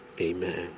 Amen